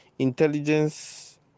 Intelligence